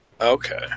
Okay